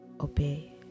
obey